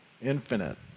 infinite